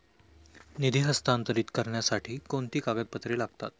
निधी हस्तांतरित करण्यासाठी कोणती कागदपत्रे लागतात?